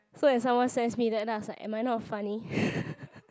so if someone sends me that then I was like am I not funny